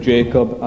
Jacob